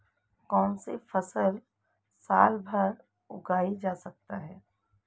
कौनसी फसल साल भर उगाई जा सकती है?